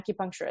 acupuncturist